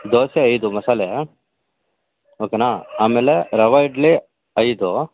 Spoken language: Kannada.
ದೋಸೆ ಐದು ಮಸಾಲೆ ಓಕೆನಾ ಆಮೇಲೆ ರವೆ ಇಡ್ಲಿ ಐದು